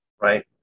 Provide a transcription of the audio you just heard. Right